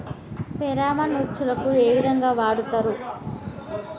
Pheromone ఉచ్చులకు ఏ విధంగా వాడుతరు?